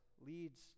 leads